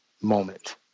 moment